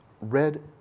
red